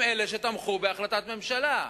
הם אלה שתמכו בהחלטת הממשלה.